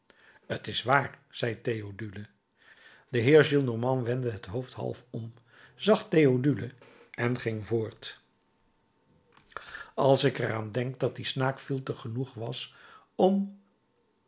t is waar zei theodule de heer gillenormand wendde het hoofd half om zag theodule en ging voort als ik er aan denk dat die snaak fielterig genoeg was om